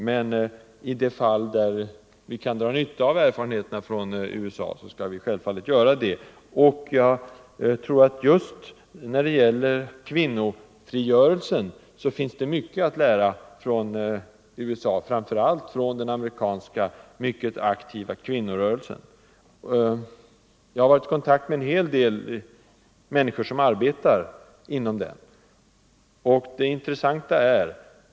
Men i de fall där vi kan dra nytta av erfarenheterna från USA skall vi självfallet göra det. Och jag tror att just när det gäller kvinnofrigörelsen finns det mycket att lära från USA, framför allt av den amerikanska mycket aktiva kvinnorörelsen. Jag har varit i kontakt med en hel del människor som arbetar inom den rörelsen.